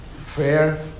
fair